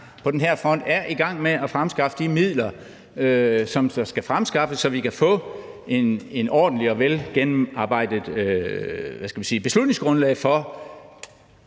på den her front, er i gang med at fremskaffe de midler, som skal fremskaffes, så vi kan få et ordentligt og velgennemarbejdet beslutningsgrundlag for,